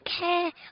care